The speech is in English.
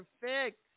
Perfect